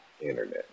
internet